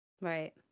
right